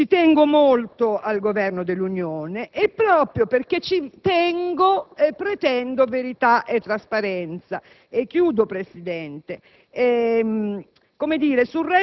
e tengo molto al Governo dell'Unione, ma proprio perché ci tengo pretendo verità e trasparenza. Sul resto